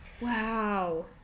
Wow